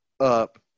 up